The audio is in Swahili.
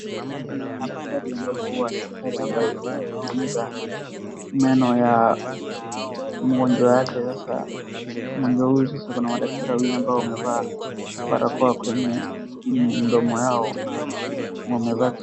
Kuna daktari ambapo huwa ni daktari ambaye huwa anatengeneza meno ya mgonjwa wake mgonjwa huyu sasa kuna madaktari wawili wamevaa barakoa kwenye mdomo yao na.